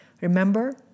Remember